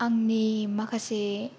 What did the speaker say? आंनि माखासे